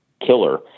killer